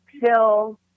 fill